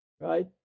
right